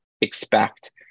expect